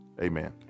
Amen